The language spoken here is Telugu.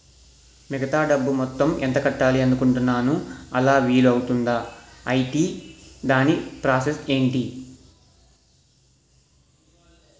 మిగతా డబ్బు మొత్తం ఎంత కట్టాలి అనుకుంటున్నాను అలా వీలు అవ్తుంధా? ఐటీ దాని ప్రాసెస్ ఎంటి?